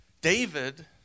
David